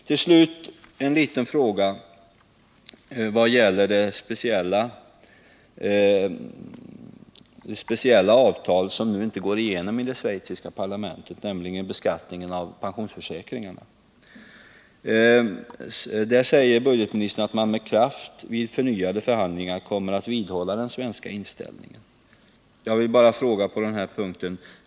Till slut en liten fråga vad gäller det speciella avtal som nu inte går igenom i det schweiziska parlamentet, nämligen beskattningen av pensionsförsäkringar. Där säger budgetministern att man ”med kraft vid förnyade förhandlingar kommer att vidhålla den svenska inställningen”. Jag vill på den här punkten fråga: 1.